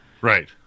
Right